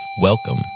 Welcome